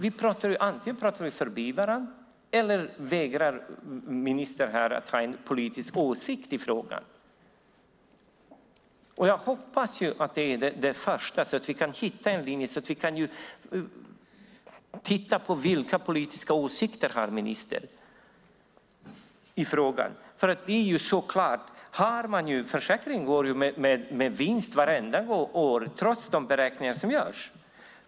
Antingen pratar vi förbi varandra eller också vägrar ministern att ha en politisk åsikt i frågan. Jag hoppas att det är det första, så att vi kan hitta en linje, så att vi kan titta på vilka politiska åsikter ministern har i frågan. Försäkringen går med vinst vartenda år, trots de beräkningar som görs.